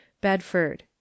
Bedford